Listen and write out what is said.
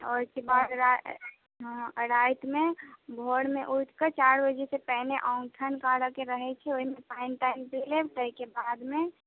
आओर ओहिके बाद राति रातिमे भोरमे उठके चारि बजेसँ पहिने ओठगन करैके रहै छै ओहिमे पानि तानि पी लेब ताहिके बादमे